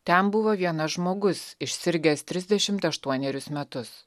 ten buvo vienas žmogus išsirgęs trisdešimt aštuonerius metus